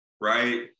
right